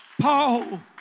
Paul